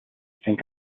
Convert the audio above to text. think